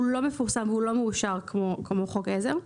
הוא לא מפורסם, הוא לא מאושר כמו חוק עזר,